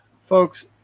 folks